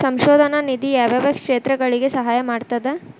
ಸಂಶೋಧನಾ ನಿಧಿ ಯಾವ್ಯಾವ ಕ್ಷೇತ್ರಗಳಿಗಿ ಸಹಾಯ ಮಾಡ್ತದ